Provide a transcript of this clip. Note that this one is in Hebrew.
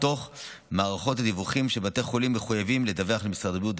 מתוך מערכות הדיווחים שבתי החולים מחויבים לדווח למשרד הבריאות.